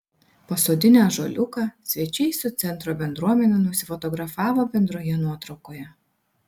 pasodinę ąžuoliuką svečiai su centro bendruomene nusifotografavo bendroje nuotraukoje